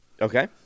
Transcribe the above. Okay